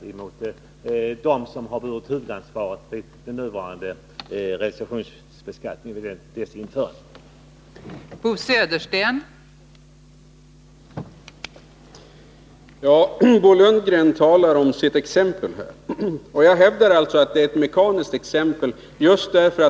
Om man vill framföra kritik bör den riktas mot dem som bar huvudansvaret för det förslag som låg till grund för beslutet.